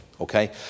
okay